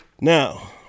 Now